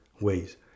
ways